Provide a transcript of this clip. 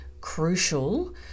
crucial